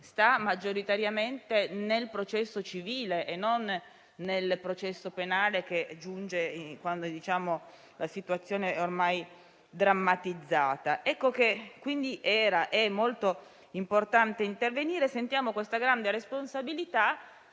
sta maggioritariamente nel processo civile e non nel processo penale, il quale giunge invece quando la situazione è ormai drammatizzata. Era dunque molto importante intervenire e sentiamo una grande responsabilità,